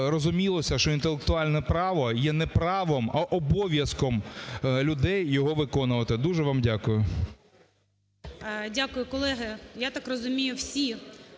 розумілося, що інтелектуальне право є не правом, а обов'язком людей його виконувати. Дуже вам дякую. ГОЛОВУЮЧИЙ. Дякую. Колеги, я так розумію, всі